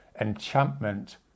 enchantment